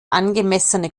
angemessene